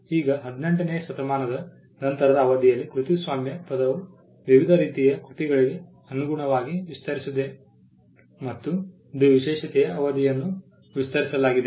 ಈಗ 18 ನೇ ಶತಮಾನದ ನಂತರದ ಅವಧಿಯಲ್ಲಿ ಕೃತಿಸ್ವಾಮ್ಯ ಪದವು ವಿವಿಧ ರೀತಿಯ ಕೃತಿಗಳಿಗೆ ಅನುಗುಣವಾಗಿ ವಿಸ್ತರಿಸಿದೆ ಮತ್ತು ಇದು ವಿಶೇಷತೆಯ ಅವಧಿಯನ್ನು ವಿಸ್ತರಿಸಲಾಗಿದೆ